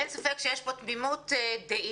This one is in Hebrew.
אין ספק שיש פה תמימות דעים